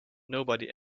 nobody